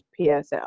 PSL